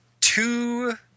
two